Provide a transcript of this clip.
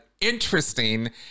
interesting